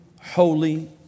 holy